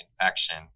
infection